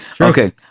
Okay